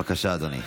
בבקשה, אדוני.